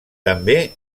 també